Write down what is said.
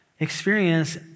Experience